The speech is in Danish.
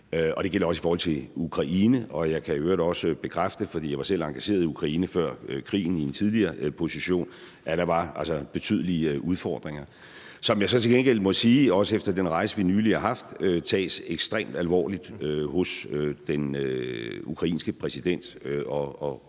og det gælder også i forhold til Ukraine. Jeg kan i øvrigt også bekræfte, for jeg var selv engageret i Ukraine før krigen i en tidligere position, at der var betydelige udfordringer, som jeg så til gengæld må sige – også efter den rejse, vi nylig har haft – tages ekstremt alvorligt af den ukrainske præsident og